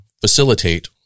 facilitate